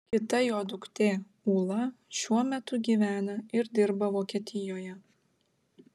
kita jo duktė ūla šiuo metu gyvena ir dirba vokietijoje